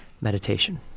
meditation